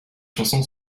chansons